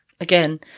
again